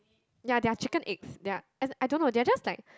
ya they are chicken eggs they are and I don't know they are just like